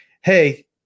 Hey